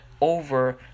over